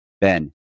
Ben